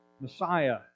Messiah